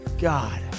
god